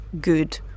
good